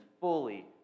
fully